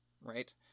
right